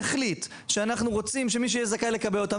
נחליט שאנחנו רוצים שמי שיהיה זכאי לקבל אותם,